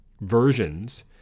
versions